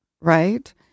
right